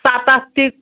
سَتَتھ تہِ